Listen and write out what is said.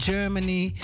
Germany